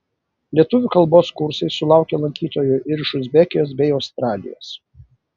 lietuvių kalbos kursai sulaukė lankytojų ir iš uzbekijos bei australijos